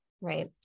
Right